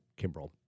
Kimbrell